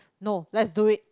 no let's do it